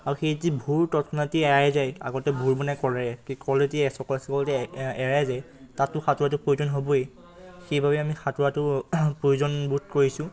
আৰু সেই যি ভোৰ তৎক্ষণাতে এৰাই যায় আগতে ভোৰ বনাই কলেৰে সেই কল যদি চকলে চকলে এৰাই যায় তাতো সাঁতোৰাটো প্ৰয়োজন হ'বই সেইবাবে আমি সাঁতোৰাটো প্ৰয়োজন বোধ কৰিছোঁ